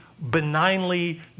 Benignly